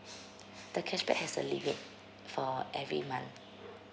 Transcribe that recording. the cashback has a limit for every month